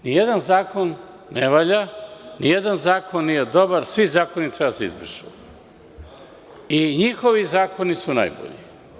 Ni jedan zakon ne valja, ni jedan zakon nije dobar, svi zakoni treba da se izbrišu i njihovi zakoni su najbolji.